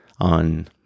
on